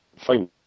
fine